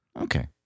okay